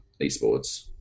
esports